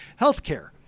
Healthcare